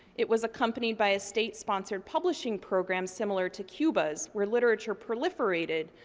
it was accompanied by a state-sponsored publishing program similar to cuba's, where literature proliferated,